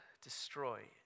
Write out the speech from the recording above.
destroy